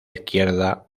izquierda